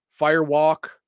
Firewalk